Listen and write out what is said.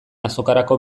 azokarako